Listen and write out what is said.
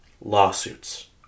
Lawsuits